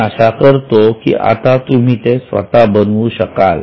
मी अशा करतो की आता तुम्ही स्वतः ते बनवू शकाल